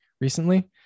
recently